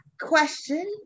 question